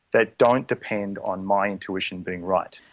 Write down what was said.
that don't depend on my intuition being right.